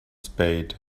spade